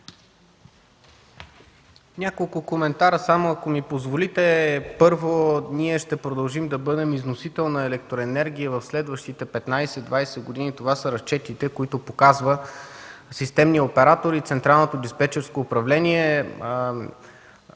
няколко коментара, ако ми позволите. Първо, ние ще продължим да бъдем износител на електроенергия в следващите 15-20 години. Това са разчетите, които показва системният оператор и централното диспечерско управление.